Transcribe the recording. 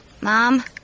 Mom